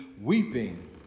weeping